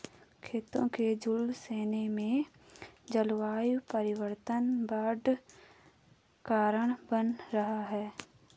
खेतों के झुलसने में जलवायु परिवर्तन बड़ा कारण बन रहा है